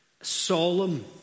solemn